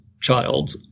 child